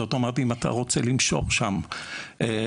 זאת אומרת אם אתה רוצה למשוך שם 1,000